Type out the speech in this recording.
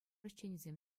ӗҫченӗсем